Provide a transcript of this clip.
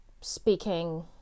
speaking